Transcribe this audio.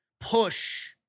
push